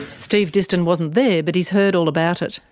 steve diston wasn't there but he's heard all about it.